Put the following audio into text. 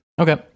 okay